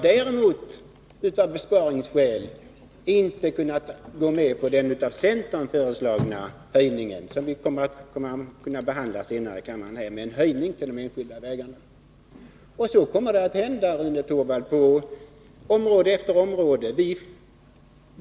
Däremot har vi av besparingsskäl inte kunnat gå med på den av centern föreslagna höjningen beträffande de enskilda vägarna, något som vi kommer att kunna behandla senare i riksdagen. Så blir det, Rune Torwald, på område efter område.